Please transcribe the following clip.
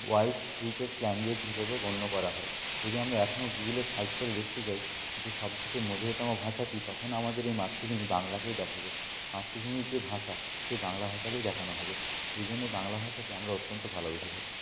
world sweetest language হিসেবে গণ্য করা হয় যদি আমরা এখনও গুগুলে সার্চ করে দেখতে যাই যে সব থেকে মধুরতম ভাষা কী তখন আমাদের এই মাতৃভূমি বাংলাকেই দেখাবে মাতৃভূমির যে ভাষা সেই বাংলা ভাষাকেই দেখানো হবে এই জন্যই বাংলা ভাষাকে আমরা অত্যন্ত ভালোবেসে থাকি